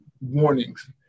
warnings